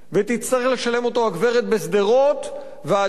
ותצטרך לשלם אותו הגברת בשדרות והאדון